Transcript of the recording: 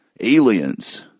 aliens